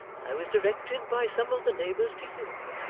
i was directed by some of the neighbours to you,